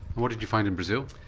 what did you find in brazil?